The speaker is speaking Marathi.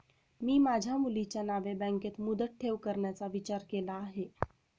मी माझ्या मुलीच्या नावे बँकेत मुदत ठेव करण्याचा विचार केला आहे